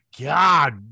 God